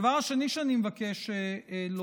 דבר שני שאני מבקש לומר,